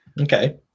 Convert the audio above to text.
Okay